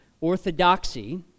Orthodoxy